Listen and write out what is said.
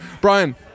Brian